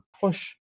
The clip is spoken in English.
push